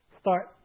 start